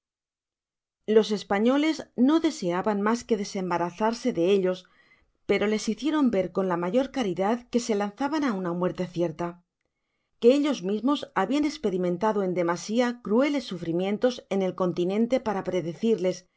los españoles no deseaban mas que desembarazarse de ellos pero les hicieron ver con la mayor caridad qne se lanzaban á una muerte cierta que ellos mismos habían esperimentado en demasia crueles sufrimientos en el continente para predecirles